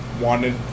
wanted